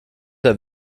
der